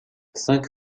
cinq